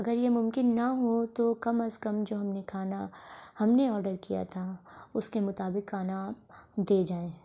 اگر یہ ممکن نہ ہو تو کم از کم جو ہم نے کھانا ہم نے آڈر کیا تھا اس کے مطابق کھانا دے جائیں